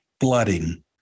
flooding